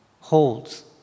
holds